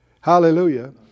Hallelujah